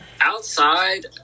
Outside